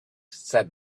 said